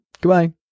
Goodbye